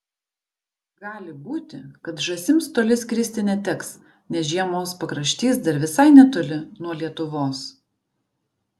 gali būti kad žąsims toli skristi neteks nes žiemos pakraštys dar visai netoli nuo lietuvos